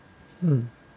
mm